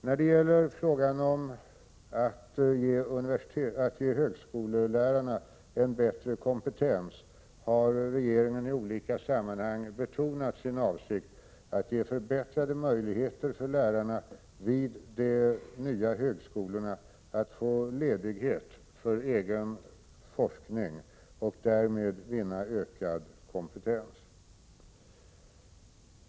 När det gäller frågan om att ge högskolelärarna en bättre kompetens har regeringen i olika sammanhang betonat sin avsikt att förbättra möjligheterna för lärarna vid de nya högskolorna att få ledighet för egen forskning för att därmed vinna ökad kompetens.